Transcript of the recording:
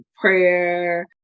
prayer